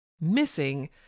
missing